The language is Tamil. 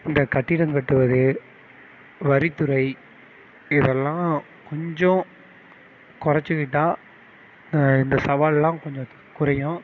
இந்தக் கட்டிடம் கட்டுவது வரித்துறை இதெல்லாம் கொஞ்சம் கொறைச்சிக்கிட்டா இந்தச் சவால்லாம் கொஞ்சம் குறையும்